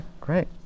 Great